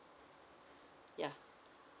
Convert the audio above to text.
ya